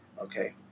Okay